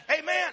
amen